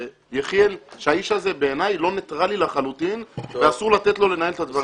יחיאל שהאיש הזה בעיניי לא ניטרלי לחלוטין ואסור לתת לו לנהל את הדברים.